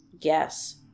Yes